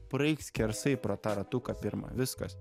praeik skersai pro tą ratuką pirmą viskas